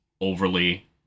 overly